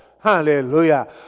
Hallelujah